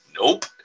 Nope